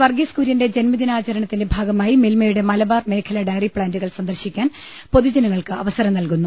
വർഗീസ് കുര്യന്റെ ജന്മദിനാചരണത്തിന്റെ ഭാഗമായി മിൽമയുടെ മലബാർ മേഖല ഡയറി പ്പാന്റുകൾ സന്ദർശിക്കാൻ പൊതുജനങ്ങൾക്ക് അവസരം നൽകുന്നു